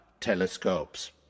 telescopes